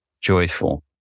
joyful